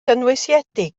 gynwysiedig